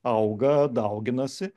auga dauginasi